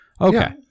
Okay